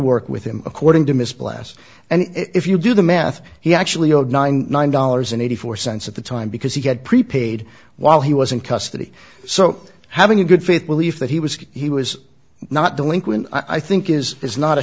work with him according to ms blast and if you do the math he actually zero nine nine dollars and eighty four cents at the time because he had prepaid while he was in custody so having a good faith belief that he was he was not delinquent i think is is not a